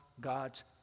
God's